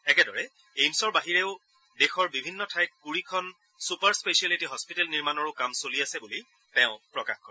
একেদৰে এইমছৰ বাহিৰেও দেশৰ বিভিন্ন ঠাইত কুৰিখন ছুপাৰ স্পেচিয়েলিটি হস্পিটেল নিৰ্মাণৰো কাম চলি আছে বুলি তেওঁ প্ৰকাশ কৰে